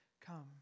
come